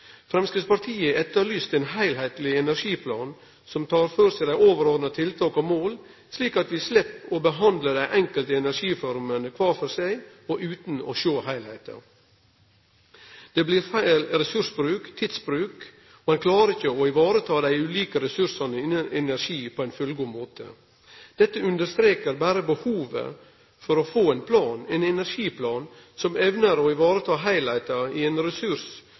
Framstegspartiet har etterlyst ein heilskapleg energiplan som tek for seg dei overordna tiltaka og måla, slik at vi slepp å behandle dei enkelte energiformene kvar for seg, utan å sjå heilskapen. Det blir feil ressursbruk og tidsbruk, og ein klarer ikkje å ta vare på dei ulike ressursane innan energi på ein fullgod måte. Dette understrekar berre behovet for å få ein plan, ein energiplan som evnar å ta vare på heilskapen i ein ressurs